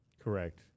Correct